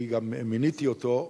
אני גם מיניתי אותו.